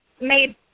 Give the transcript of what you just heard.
made